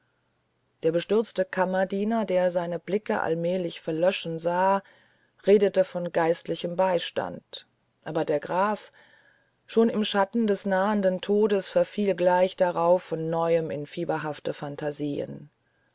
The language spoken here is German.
der bestürzte kammerdiener der seine blicke allmählich verlöschen sah redete von geistlichem bei stand aber der graf schon im schatten des nahenden todes verfiel gleich darauf von neuem in fieberhafte phantasien